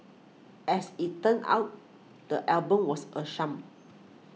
as it turns out the album was a sham